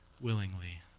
willingly